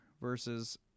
versus